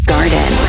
Garden